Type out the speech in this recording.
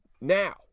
Now